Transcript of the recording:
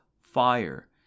fire